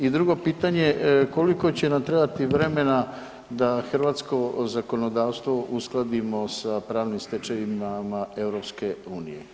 I drugo pitanje, koliko će nam trebati vremena da hrvatsko zakonodavstvo uskladimo sa pravnim stečevinama EU?